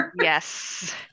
yes